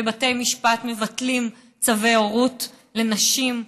ובתי משפט מבטלים צווי הורות לנשים,